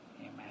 Amen